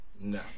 No